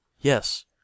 Yes